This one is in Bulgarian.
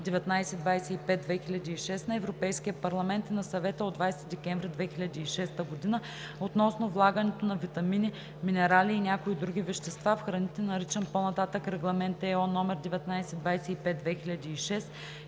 1925/2006 на Европейския парламент и на Съвета от 20 декември 2006 г. относно влагането на витамини, минерали и някои други вещества в храните, наричан по-нататък „Регламент (ЕО) № 1925/2006“